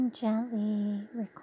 Gently